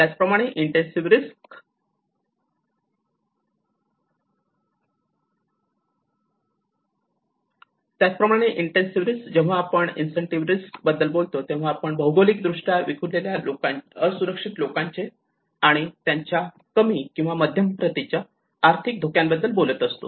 त्याचप्रमाणे extensive risk जेव्हा आपण एक्सटेन्सिव्ह रिस्क बद्दल बोलतो तेव्हा आपण भौगोलिकदृष्ट्या विखुरलेल्या असुरक्षित लोकांचे आणि त्यांच्या कमी किंवा मध्यम प्रतीच्या आर्थिक धोक्याबद्दल बोलत असतो